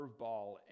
curveball